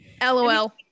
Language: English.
lol